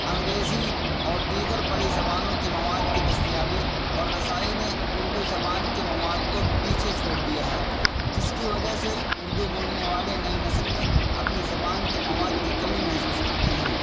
انگریزی اور دیگر بڑی زبانوں کی مواد کی دستیابی اور رسائی نے اردو زبان کے مواد کو پیچھے چھوڑ دیا ہے جس کی وجہ سے اردو بولنے والے نئی نسل میں اپنی زبان کے مواد کی کمی محسوس کرتے ہیں